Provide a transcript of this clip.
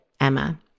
Emma